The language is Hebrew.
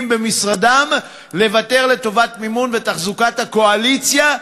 במשרדם יוותרו לטובת מימון ותחזוקת הקואליציה.